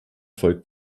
volk